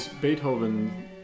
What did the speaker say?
Beethoven